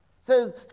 says